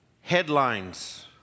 headlines